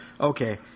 Okay